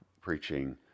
preaching